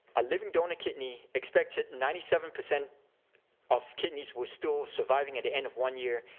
a living donor kidney expected ninety seven percent of kidneys were still surviving at the end of one year,